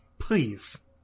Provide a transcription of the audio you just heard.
Please